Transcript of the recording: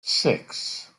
six